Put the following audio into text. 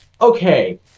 Okay